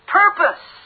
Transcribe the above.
purpose